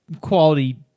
quality